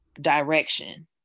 direction